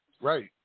right